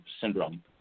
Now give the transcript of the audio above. syndrome